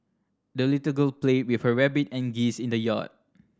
the little girl played with her rabbit and geese in the yard